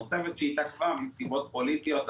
שהתעכבה בשל סיבות פוליטיות,